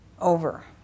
over